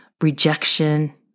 rejection